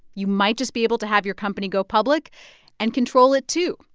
you might just be able to have your company go public and control it, too.